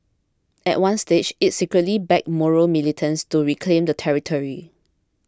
at one stage it secretly backed Moro militants to reclaim the territory